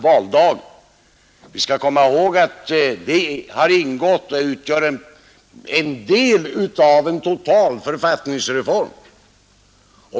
Vi måste komma ihåg att den utgör en del av en total författningsreform.